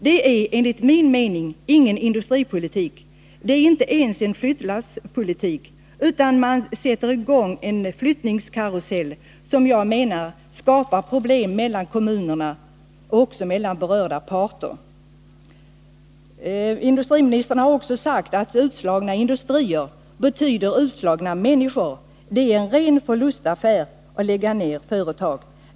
Det är enligt min mening ingen industripolitik — det är inte ens en flyttlasspolitik utan helt enkelt en flyttningskarusell som sätts i gång och som skapar problem mellan kommunerna och mellan berörda parter. Industriministern har också sagt att utslagna industrier betyder utslagna människor — det är en ren förlustaffär att lägga ned företag.